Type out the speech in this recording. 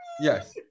Yes